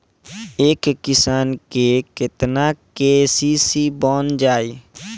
एक किसान के केतना के.सी.सी बन जाइ?